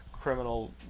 criminal